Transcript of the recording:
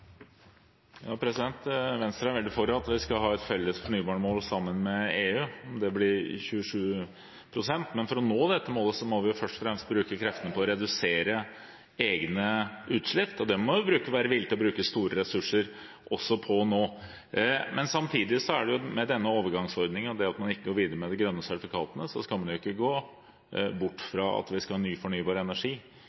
Ja, hvis man hadde brukt store skattepenger på dette, hadde det vært mulig, men vi er nødt til å ha samfunnsøkonomisk lønnsomhet i bunnen. Venstre er veldig for at vi skal ha et felles fornybarmål sammen med EU, det blir 27 pst. Men for å nå dette målet må vi først og fremst bruke kreftene på å redusere egne utslipp; det må vi også være villige til å bruke store ressurser på nå. Samtidig skal man med denne overgangsordningen og det at man ikke går videre med de grønne sertifikatene, ikke